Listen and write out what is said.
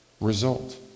result